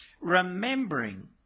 remembering